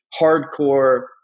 hardcore